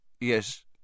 Yes